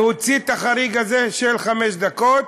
להוציא את החריג הזה של חמש דקות,